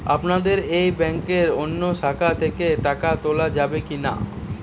আপনাদের এই ব্যাংকের অন্য শাখা থেকে টাকা তোলা যাবে কি না?